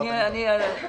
לא לימדת לימודי ליבה.